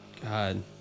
God